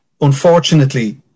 unfortunately